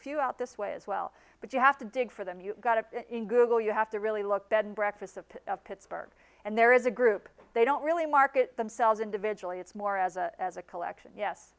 few out this way as well but you have to dig for them you've got it in google you have to really look bed and breakfasts of pittsburgh and there is a group they don't really market themselves individually it's more as a as a collection yes